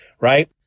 right